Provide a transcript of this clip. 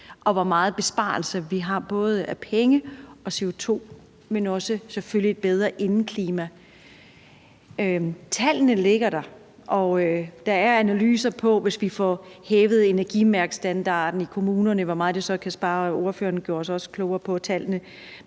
og hvor meget besparelse, vi har, både af penge og CO2, men selvfølgelig også et bedre indeklima. Tallene ligger der, og der er analyser af, hvor meget der kan spares, hvis vi får hævet energimærkestandarden i kommunerne. Ordføreren gjorde os også klogere på tallene.